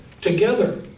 together